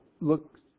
look